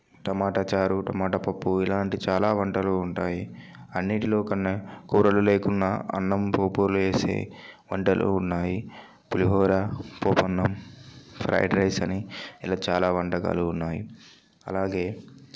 టమాటా చారూ టమాటా పప్పు ఇలాంటి చాలా వంటలు ఉంటాయి అన్నింటిలో కన్నా కూరలు లేకున్నా అన్నం పోపులు వేసి వంటలు ఉన్నాయి పులిహోరా పోపన్నం ఫ్రైడ్ రైస్ అని ఇలా చాలా వంటకాలు ఉన్నాయి అలాగే